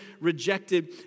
rejected